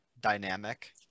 dynamic